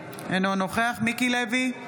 אינו נוכח מיקי לוי,